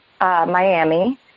Miami